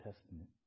Testament